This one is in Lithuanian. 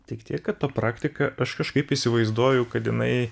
tik tiek kad ta praktika aš kažkaip įsivaizduoju kad jinai